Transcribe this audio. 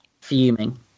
Fuming